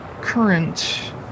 current